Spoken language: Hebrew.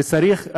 וצריך,